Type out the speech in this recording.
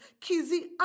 Kizzy